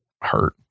hurt